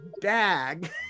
bag